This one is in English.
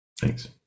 Thanks